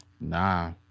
Nah